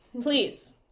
please